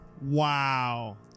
Wow